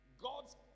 God's